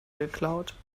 geklaut